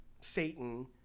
Satan –